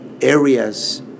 areas